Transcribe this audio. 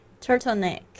Turtleneck